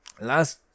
Last